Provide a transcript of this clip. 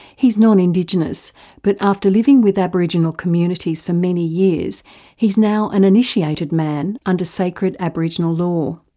he's non-indigenous but after living with aboriginal communities for many years he's now an initiated man under sacred aboriginal law.